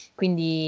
quindi